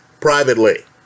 privately